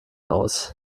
aus